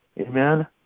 amen